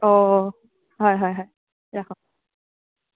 অঁ অঁ হয় হয় হয় ৰাখক